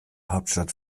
hauptstadt